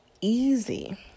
easy